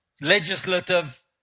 legislative